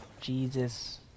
Jesus